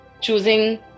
choosing